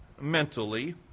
mentally